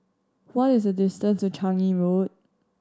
what is the distance to Changi Road